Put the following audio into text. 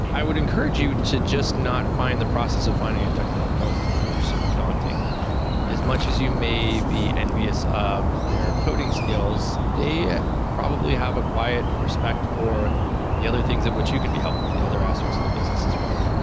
i would encourage you to just not find the process of finding a technical co-founder so daunting as much as you may be envious of their coding skills, they probably have a quiet respect for the other things at which you can be helpful, the other aspects of the business as well.